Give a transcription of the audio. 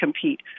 compete